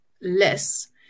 less